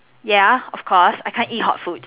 ya of course I can't eat hot food